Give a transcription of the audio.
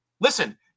listen